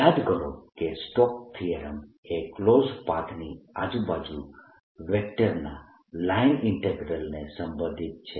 યાદ કરો કે સ્ટોક્સ થીયરમ એ ક્લોઝડ પાથ ની આજુબાજુ વેક્ટરના લાઇન ઈન્ટીગ્રલ ને સંબંધિત છે